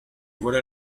voilà